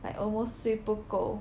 like almost 睡不够